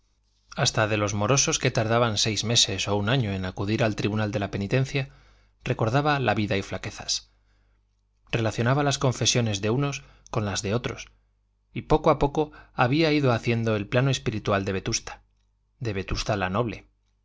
hasta de los morosos que tardaban seis meses o un año en acudir al tribunal de la penitencia recordaba la vida y flaquezas relacionaba las confesiones de unos con las de otros y poco a poco había ido haciendo el plano espiritual de vetusta de vetusta la noble